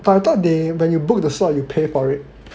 but I thought they when you book the slot you pay for it